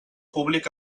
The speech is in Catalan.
públic